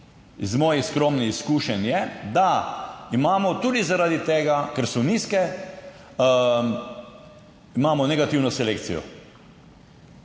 Iz mojih skromnih izkušenj je, da imamo tudi, zaradi tega, ker so nizke, imamo negativno selekcijo.